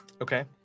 Okay